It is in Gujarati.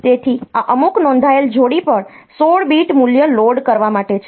તેથી આ અમુક નોંધાયેલ જોડી પર 16 બીટ મૂલ્ય લોડ કરવા માટે છે